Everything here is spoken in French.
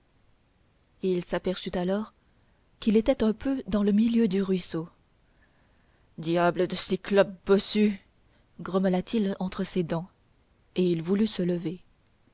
il s'aperçut alors qu'il était un peu dans le milieu du ruisseau diable de cyclope bossu grommela-t-il entre ses dents et il voulut se lever